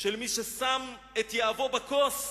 של מי ששם את יהבו בכוס.